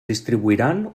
distribuiran